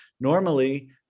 normally